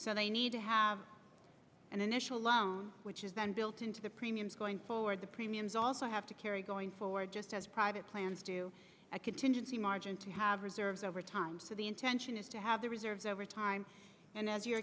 so they need to have an initial loan which is then built into the premiums going forward the premiums also have to carry going forward just as private plans do a contingency margin to have reserves overtime for the intention is to have the reserves over time and as your